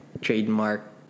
trademark